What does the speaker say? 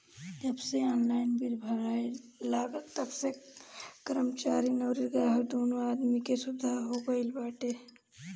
जबसे online bill भराए लागल तबसे कर्मचारीन अउरी ग्राहक दूनो आदमी के सुविधा हो गईल बाटे